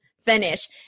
finish